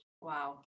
Wow